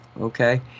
okay